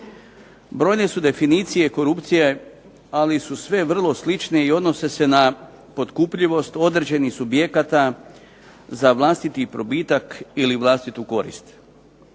Brojne su definicije korupcije, ali su sve vrlo slične i odnose se na potkupljivost određenih subjekata za vlastiti probitak ili vlastitu korist.